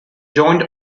joined